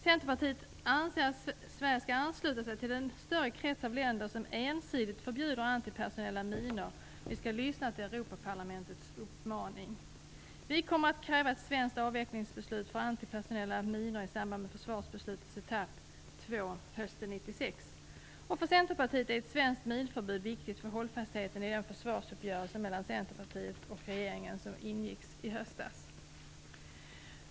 Centerpartiet anser att Sverige skall ansluta sig till den större krets av länder som ensidigt förbjuder antipersonella minor. Vi skall lyssna till Europaparlamentets uppmaning. Vi kommer att kräva ett svenskt avvecklingsbeslut för antipersonella minor i samband med försvarsbeslutets etapp två, hösten 1996. För Centerpartiet är ett svenskt minförbud viktigt för hållbarheten i den försvarsuppgörelse mellan Centerpartiet och regeringen som ingicks i höstas.